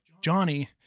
Johnny